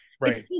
Right